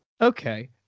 Okay